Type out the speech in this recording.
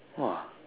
!wah!